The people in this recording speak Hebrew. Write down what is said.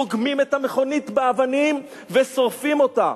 רוגמים את המכונית באבנים ושורפים אותה.